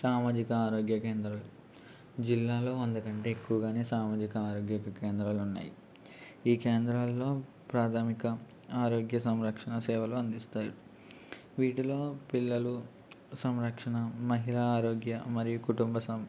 సామాజిక ఆరోగ్య కేంద్రాలు జిల్లాలో వందకంటే ఎక్కువగా సామాజిక ఆరోగ్య కేంద్రాలు ఉన్నాయి ఈ కేంద్రాలలో ప్రాథమిక ఆరోగ్య సంరక్షణ సేవలు అందిస్తారు వీటిలో పిల్లలు సంరక్షణ మహిళా ఆరోగ్య మరియు కుటుంబ సం